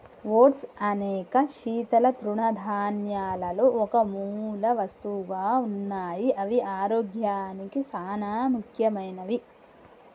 oats అనేక శీతల తృణధాన్యాలలో ఒక మూలవస్తువుగా ఉన్నాయి అవి ఆరోగ్యానికి సానా ముఖ్యమైనవి